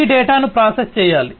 ఈ డేటాను ప్రాసెస్ చేయాలి